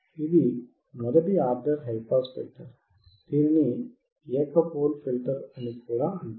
ఇది మొదటి order highpass filter లేదా దీనిని ఏక పోల్ ఫిల్టర్ అని కూడా అంటారు